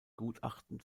gutachten